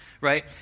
right